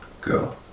Go